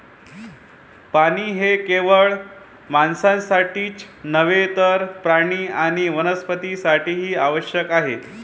पाणी हे केवळ माणसांसाठीच नव्हे तर प्राणी आणि वनस्पतीं साठीही आवश्यक आहे